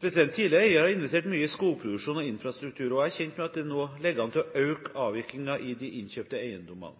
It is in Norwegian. Tidligere eier har investert mye i skogproduksjon og infrastruktur, og jeg er kjent med at man nå ligger an til å øke avvirkningen i de innkjøpte eiendommene.